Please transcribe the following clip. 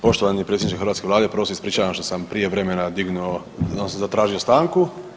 Poštovani predsjedniče hrvatske vlade prvo se ispričavam što sam prije vremena dignuo odnosno zatražio stanku.